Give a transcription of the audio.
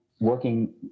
working